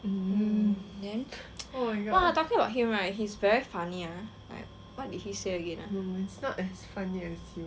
then !wah! talking about him right he's very funny ah like what did he say again ah